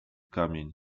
kamień